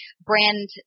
brand